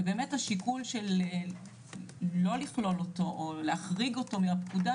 באמת השיקול שלא לכלול אותו או להחריג אותו מהפקודה